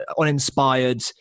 uninspired